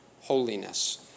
holiness